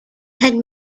had